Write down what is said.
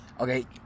Okay